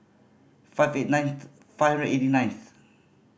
five eight nine five hundred eighty ninth